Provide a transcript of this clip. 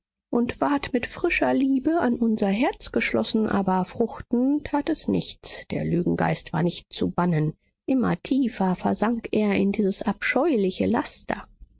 und ward mit frischer liebe an unser herz geschlossen aber fruchten tat es nichts der lügengeist war nicht zu bannen immer tiefer versank er in dieses abscheuliche laster